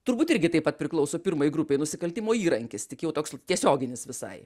turbūt irgi taip pat priklauso pirmai grupei nusikaltimo įrankis tik jau toks tiesioginis visai